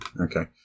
Okay